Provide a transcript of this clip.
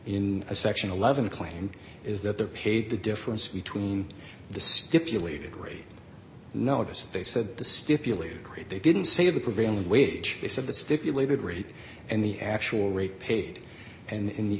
in a section eleven claim is that they're paid the difference between the stipulated rate notice they said the stipulated great they didn't say the prevailing wage case of the stipulated rate and the actual rate paid and in the